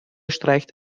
streicht